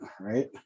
Right